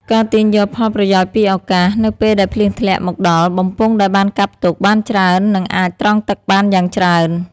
ការទាញយកផលប្រយោជន៍ពីឱកាស នៅពេលដែលភ្លៀងធ្លាក់មកដល់ បំពង់ដែលបានកាប់ទុកបានច្រើននឹងអាចត្រង់ទឹកបានយ៉ាងច្រើន ។